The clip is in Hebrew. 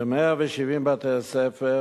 ב-170 בתי-הספר